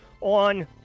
on